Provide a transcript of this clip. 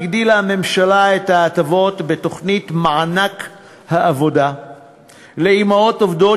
הממשלה הגדילה את ההטבות בתוכנית מענק העבודה לאימהות עובדות